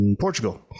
portugal